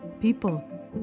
people